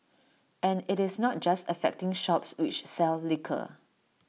and IT is not just affecting shops which sell liquor